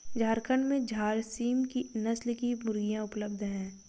झारखण्ड में झारसीम नस्ल की मुर्गियाँ उपलब्ध है